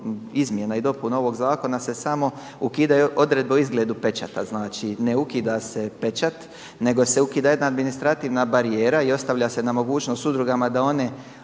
izmjena i dopuna ovog zakona se samo ukidaju odredbe o izgledu pečata. Znači ne ukida se pečat nego se ukida jedna administrativna barijera i ostavlja se na mogućnost udrugama da one